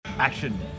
Action